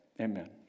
Amen